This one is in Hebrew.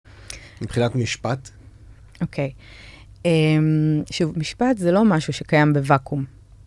מבחינת משפט? אוקיי, שוב, משפט זה לא משהו שקיים בוואקום.